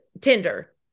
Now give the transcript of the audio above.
Tinder